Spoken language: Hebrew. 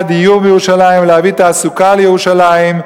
הדיור בירושלים ולהביא תעסוקה לירושלים,